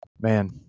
man